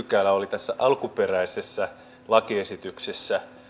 pykälä oli tässä alkuperäisessä lakiesityksessä